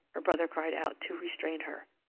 her brother cried out, to restrain her.